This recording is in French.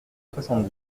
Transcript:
soixante